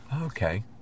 Okay